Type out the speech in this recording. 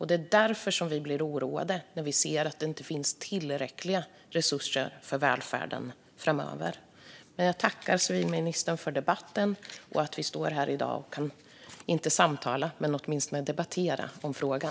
Det är därför som vi blir oroade när vi ser att det inte finns tillräckliga resurser för välfärden framöver. Jag tackar civilministern för debatten och för att vi kan stå här i dag, inte för att samtala om men åtminstone debattera frågan.